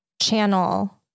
channel